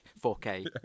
4K